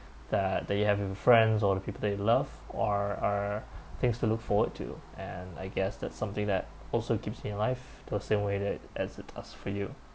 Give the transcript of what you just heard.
that that you have you friends or the people that you love or or things to look forward to and I guess that's something that also gives me life the same way that as it does for you